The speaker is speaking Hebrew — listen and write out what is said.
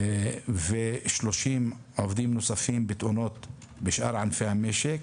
ו-30 עובדים נוספים בתאונות בשאר ענפי המשק.